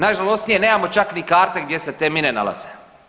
Najžalosnije, nemamo čak ni karte gdje se te mine nalaze.